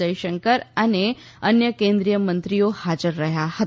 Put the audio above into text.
જયશંકર અને અન્ય કેન્દ્રીય મંત્રીઓ હાજર રહયાં હતા